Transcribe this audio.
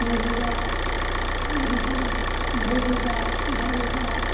नै रोजा थाम रोजा ब्रै रोजा बा रोजा